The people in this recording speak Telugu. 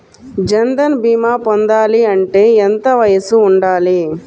జన్ధన్ భీమా పొందాలి అంటే ఎంత వయసు ఉండాలి?